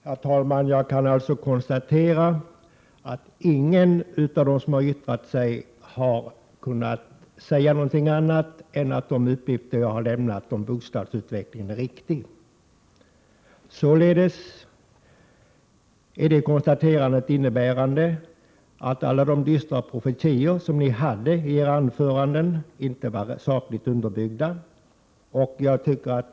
Herr talman! Jag kan konstatera att ingen av dem som har yttrat sig har kunnat säga något annat än att de uppgifter som jag har lämnat om bostadsutvecklingen är riktiga. Således innebär detta konstaterande att de dystra profetior som ni förde fram i era anföranden inte var sakligt underbyggda.